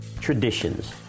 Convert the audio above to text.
Traditions